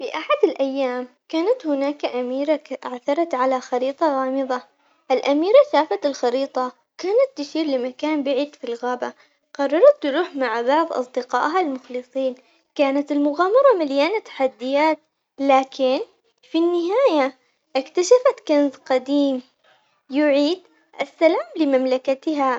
في أحد الأيام كانت هناك أميرة عثرت على خريطة غامضة، الأميرة شافت الخريطة وكانت تشير لمكان بعيد في الغابة، قررت تروح مع بعض أصدقائها المخلصين، كانت المغامرة مليانة تحديات لكن في النهاية اكتشفت كنز قديم يعيد السلام لمملكتها.